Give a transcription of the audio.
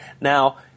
Now